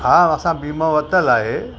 हा असां वीमो वरितल आहे